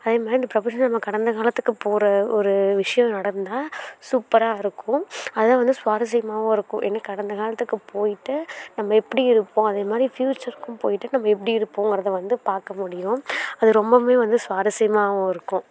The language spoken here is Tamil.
அதுமாரி இந்த பிரபஞ்சம் நம்ம கடந்த காலத்துக்கு போகற ஒரு விஷயம் நடந்தால் சூப்பராக இருக்கும் அதை வந்து சுவாரஸ்யமாகவும் இருக்கும் ஏன்னா கடந்த காலத்துக்கு போயிவிட்டு நம்ம எப்படி இருப்போம் அதே மாதிரி ஃப்யூச்சருக்கும் போயிட்டு நம்ம எப்படி இருப்போம் அதை வந்து பார்க்க முடியும் அது ரொம்பவுமே வந்து சுவாரஸ்யமாகவும் இருக்கும்